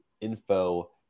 info